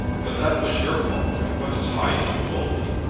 but that was your fault. i went as high as you told me.